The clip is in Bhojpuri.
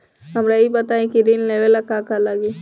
हमरा ई बताई की ऋण लेवे ला का का लागी?